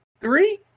three